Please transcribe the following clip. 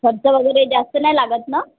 खर्च वगैरे जास्त नाही लागत ना